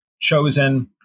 chosen